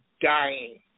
dying